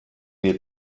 wir